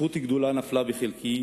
זכות גדולה נפלה בחלקי